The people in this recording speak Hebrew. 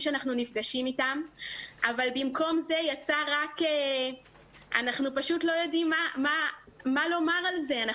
אתם אנחנו נפגשים אבל במקום זה אנחנו לא יודעים מה לומר על זה.